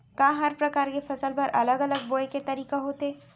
का हर प्रकार के फसल बर अलग अलग बोये के तरीका होथे?